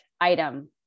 item